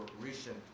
recent